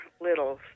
littles